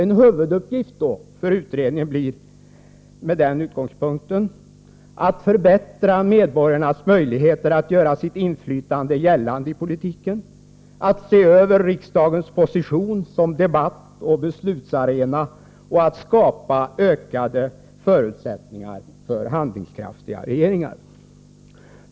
En huvuduppgift för utredningen blir med den utgångspunkten att förbättra medborgarnas möjligheter att göra sitt inflytande gällande i politiken, att se över riksdagens position som debattoch beslutsarena och att skapa ökade förutsättningar för handlingskraftiga regeringar.